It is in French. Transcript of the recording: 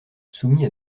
soumis